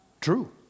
True